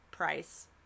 price